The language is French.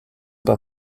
pas